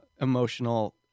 emotional